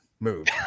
move